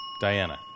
Diana